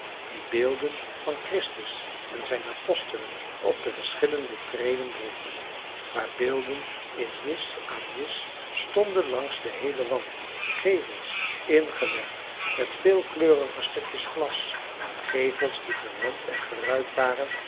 die beelden van christus en zijn apostelen op de verschillende treden droegen waar beelden in nis aan nis stonden langs den heelen wand gevels ingelegd met veelkleurige stukjes glas en gevels die gerand en geruit waren